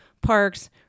parks